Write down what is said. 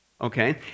okay